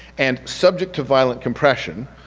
and subject to violent compression,